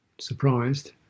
surprised